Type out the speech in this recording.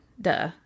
duh